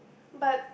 but